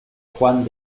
juan